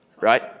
right